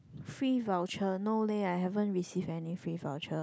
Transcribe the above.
free voucher no leh I haven't receive any free voucher